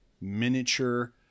miniature